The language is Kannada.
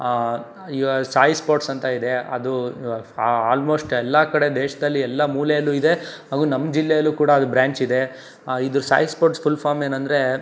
ಈವಾಗ ಸಾಯಿ ಸ್ಪೋರ್ಟ್ಸ್ ಅಂತ ಇದೆ ಅದು ಆಲ್ಮೋಸ್ಟ್ ಎಲ್ಲ ಕಡೆ ದೇಶದಲ್ಲಿ ಎಲ್ಲ ಮೂಲೆಯಲ್ಲೂ ಇದೆ ಹಾಗೂ ನಮ್ಮ ಜಿಲ್ಲೆಯಲ್ಲೂ ಕೂಡ ಅದರ ಬ್ರ್ಯಾಂಚ್ ಇದೆ ಇದು ಸಾಯಿ ಸ್ಪೋರ್ಟ್ಸ್ ಫುಲ್ ಫಾಮ್ ಏನಂದರೆ